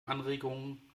anregungen